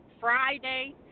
Friday